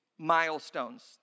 milestones